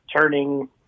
turning